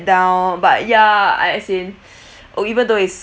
down but ya I as in s~ or even though it's